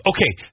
Okay